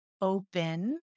open